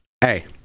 hey